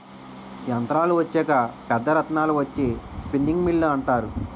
యంత్రాలు వచ్చాక పెద్ద రాట్నాలు వచ్చి స్పిన్నింగ్ మిల్లు అంటారు